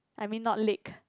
I mean not lake